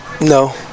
No